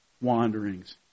wanderings